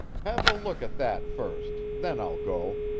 have a look at that first then i'll go,